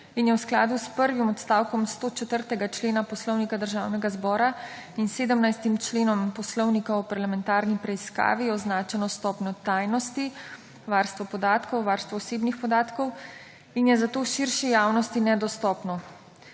in je v skladu s prvim odstavkom 104. člena Poslovnika Državnega zbora in 17. členom Poslovnika o parlamentarni preiskavi, označeno s stopnjo tajnosti, varstvo podatkov, varstvo osebnih podatkov, in je zato širši javnosti nedostopno,